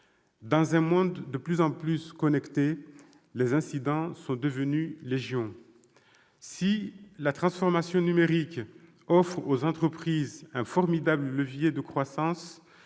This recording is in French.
Dans un monde de plus en plus connecté, les incidents sont devenus légion. Si la transformation numérique offre aux entreprises un formidable levier de croissance,